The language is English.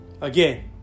Again